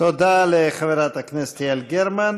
תודה לחברת הכנסת יעל גרמן.